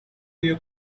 your